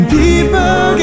people